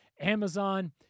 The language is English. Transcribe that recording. Amazon